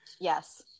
yes